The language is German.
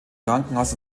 krankenhaus